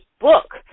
book